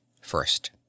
First